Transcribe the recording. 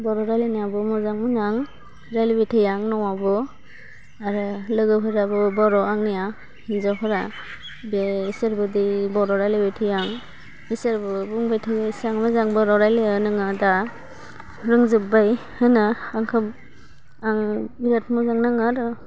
बर' रायलायनायावबो मोजां बुङो आं रायलायबाय थायो आं न'आवबो आरो लोगोफोराबो बर' आंनिआ हिन्जावफोरा बेसोरबादि बर' रायलायबाय थायो आं बिसोरबो बुंबाय थायो एसां मोजां बर' रायलायो नोङो दा रोंजोब्बाय होनो आंखौ आं बिराथ मोजां नाङो आरो